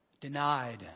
Denied